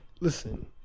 listen